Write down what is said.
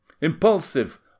impulsive